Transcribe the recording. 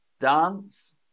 Dance